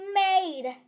made